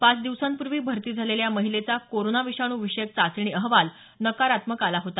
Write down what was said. पाच दिवसांपूर्वी भरती झालेल्या या महिलेचा कोरोना विषाणू विषयक चाचणी अहवाल नकारात्मक आला होता